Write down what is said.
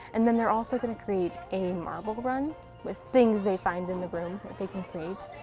and then they're also going to create a marble run with things they find in the rooms that they can create.